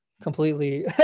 completely